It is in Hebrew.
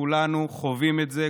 וכולנו חווים את זה,